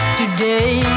today